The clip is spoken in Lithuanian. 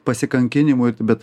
pasikankinimui bet